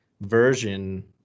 version